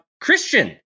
Christian